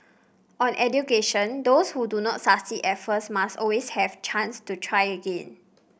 on education those who do not succeed at first must always have chance to try again